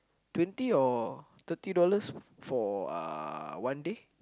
twenty or thirty dollars for uh one day